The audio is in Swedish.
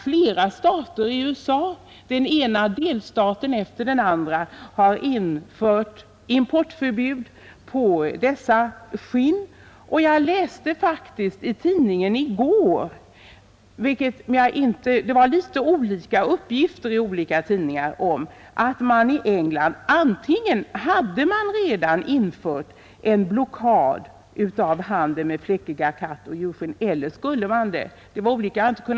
Flera stater i USA — den ena delstaten efter den andra — har infört importförbud på dessa skinn, och jag läste faktiskt i tidningarna i går olika uppgifter om att man i England antingen redan infört en blockad mot handel med skinn från fläckiga kattdjur eller att man skulle komma att införa en sådan.